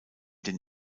den